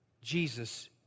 Jesus